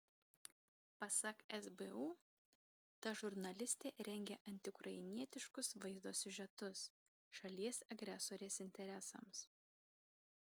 pasak sbu ta žurnalistė rengė antiukrainietiškus vaizdo siužetus šalies agresorės interesams